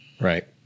Right